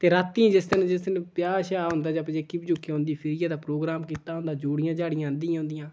ते रातीं जिस दिन जिस दिन ब्याह् श्याह् होंदा जां पजेकी पजूकी औंदी फ्ही जेह्दा प्रोग्राम कीते दा होंदा जोड़ियां जाड़ियां आंह्दी दियां होंदियां